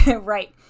Right